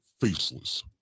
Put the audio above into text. faceless